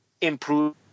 improve